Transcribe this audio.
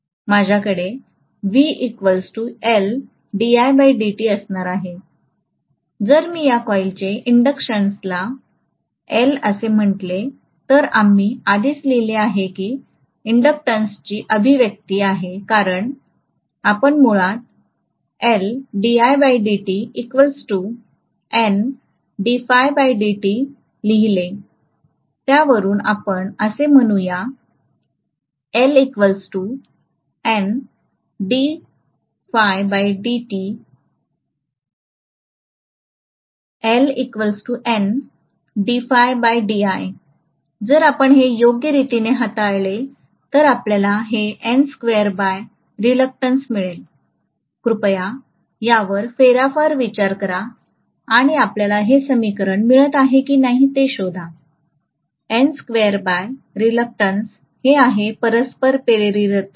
म्हणून माझ्याकडे असणार आहे जर मी या कॉईलचे इंडक्शनन्सला L असे म्हटले तर आम्ही आधीच लिहिले आहे की इंडक्टन्सची अभिव्यक्ती आहे कारण आपण मुळात लिहिले त्या वरून आपण असे म्हणू या जर आपण हे योग्य रीतिने हाताळले तर आपल्याला हे N स्क्वेअर बाय रिलक्टंस मिळेल कृपया यावर फेरफार करा आणि आपल्याला हे समीकरण मिळत आहे की नाही ते शोधा N स्क्वेअर बाय रिलक्टंस हे आहे परस्पर प्रेरितता